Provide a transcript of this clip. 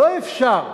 לא אפשר,